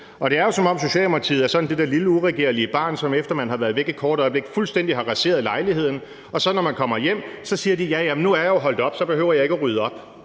det er jo, som om Socialdemokratiet er det der lille uregerlige barn, som, efter at man har været væk et kort øjeblik, fuldstændig har raseret lejligheden, og som så, når man kommer hjem, siger: Ja ja, men nu er jeg holdt op med det, og så behøver jeg ikke at rydde op.